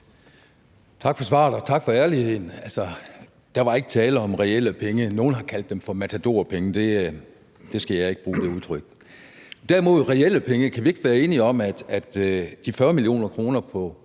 Tak for svaret, og tak for ærligheden. Altså, der var ikke tale om reelle penge. Nogle har kaldt dem for matadorpenge; det udtryk skal jeg ikke bruge. Kan vi derimod ikke være enige om, at de 40 mio. kr. på